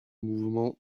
mouvement